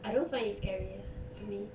I don't find it scary eh to me